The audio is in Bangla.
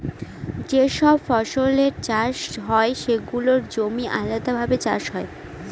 যে সব ফসলের চাষ হয় সেগুলোর জমি আলাদাভাবে চাষ হয়